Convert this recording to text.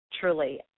truly